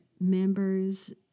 members